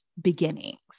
beginnings